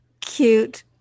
cute